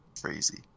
Crazy